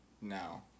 No